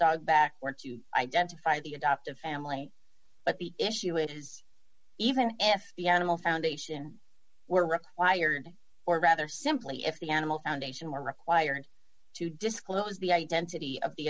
dog back or to identify the adoptive family but the issue is even if the animal foundation were required or rather simply if the animal foundation were required to disclose the identity of the